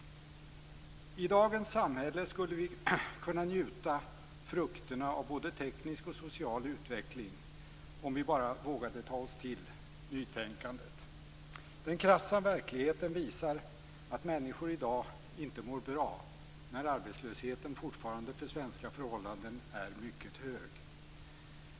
I dagens samhälle skulle vi kunna njuta frukterna av både teknisk och social utveckling om vi bara vågade ta till oss nytänkandet. Den krassa verkligheten visar att människor i dag inte mår bra. Arbetslösheten är fortfarande för svenska förhållanden mycket hög.